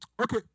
Okay